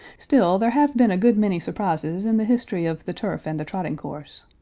still there have been a good many surprises in the history of the turf and the trotting course.